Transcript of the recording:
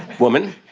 woman,